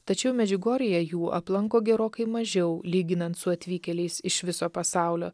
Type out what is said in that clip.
tačiau medžiugorjėje jų aplanko gerokai mažiau lyginant su atvykėliais iš viso pasaulio